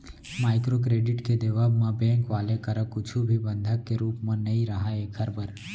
micro credit के देवब म बेंक वाले करा कुछु भी बंधक के रुप म नइ राहय ऐखर बर